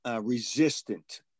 resistant